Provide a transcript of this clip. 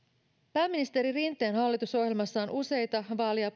pääministeri rinteen hallitusohjelmassa on useita vaali ja